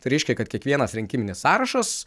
tai reiškia kad kiekvienas rinkiminis sąrašas